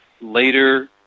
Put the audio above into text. later